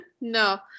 no